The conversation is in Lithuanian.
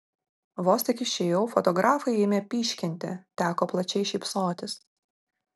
vos tik išėjau fotografai ėmė pyškinti teko plačiai šypsotis